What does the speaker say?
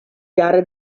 gare